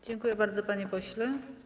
Dziękuję bardzo, panie pośle.